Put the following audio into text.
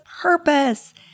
purpose